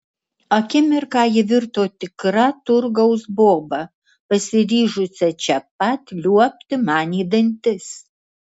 akimirką ji virto tikra turgaus boba pasiryžusia čia pat liuobti man į dantis